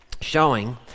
showing